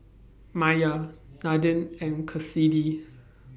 Maiya Nadine and Kassidy